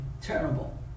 terrible